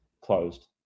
closed